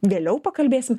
vėliau pakalbėsim